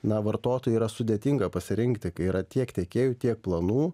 na vartotojui yra sudėtinga pasirinkti kai yra tiek tiekėjų tiek planų